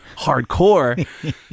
hardcore